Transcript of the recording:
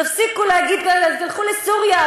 תפסיקו להגיד: תלכו לסוריה,